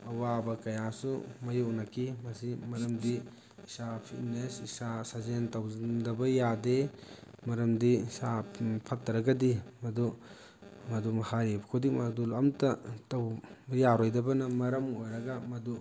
ꯑꯋꯥꯕ ꯀꯌꯥꯁꯨ ꯃꯥꯏꯌꯣꯛꯅꯈꯤ ꯃꯁꯤ ꯃꯔꯝꯗꯤ ꯏꯁꯥ ꯐꯤꯠꯅꯦꯁ ꯏꯁꯥ ꯁꯥꯖꯦꯟ ꯇꯧꯁꯟꯗꯕ ꯌꯥꯗꯦ ꯃꯔꯝꯗꯤ ꯏꯁꯥ ꯐꯠꯇ꯭ꯔꯒꯗꯤ ꯃꯗꯨ ꯃꯗꯨꯃꯛ ꯍꯥꯏꯔꯤꯕ ꯈꯨꯗꯤꯡꯃꯛ ꯑꯗꯨ ꯑꯝꯇ ꯇꯧꯕ ꯌꯥꯔꯣꯏꯗꯕꯅ ꯃꯔꯝ ꯑꯣꯏꯔꯒ ꯃꯗꯨ